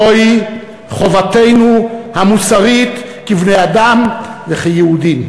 זוהי חובתנו המוסרית כבני-אדם וכיהודים.